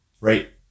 right